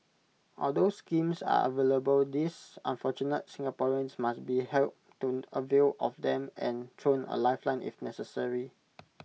although schemes are available these unfortunate Singaporeans must be helped to avail of them and thrown A lifeline if necessary